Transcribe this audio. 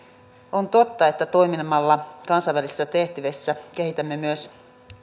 on totta että toimimalla kansainvälisissä tehtävissä kehitämme myös